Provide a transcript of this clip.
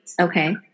okay